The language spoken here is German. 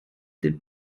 den